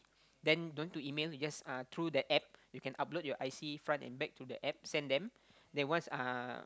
then don't need to email you just uh through the App you can upload your I_C front and back to the App send them then once uh